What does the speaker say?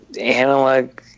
analog